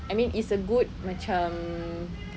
I mean it's a good macam